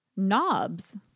Knobs